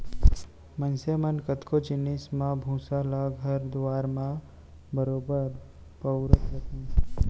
मनसे मन कतको जिनिस म भूसा ल घर दुआर म बरोबर बउरत रथें